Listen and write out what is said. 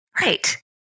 Right